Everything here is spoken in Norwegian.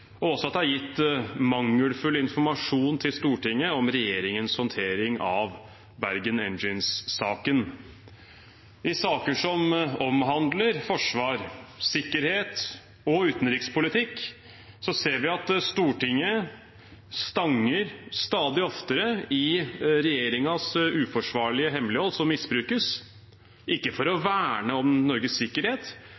og at det også er gitt mangelfull informasjon til Stortinget om regjeringens håndtering av Bergen Engines-saken. I saker som omhandler forsvar, sikkerhet og utenrikspolitikk, ser vi at Stortinget stanger stadig oftere i regjeringens uforsvarlige hemmelighold, som misbrukes – ikke for å